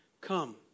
Come